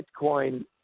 bitcoin